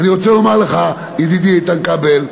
ואני רוצה לומר לך, ידידי איתן כבל,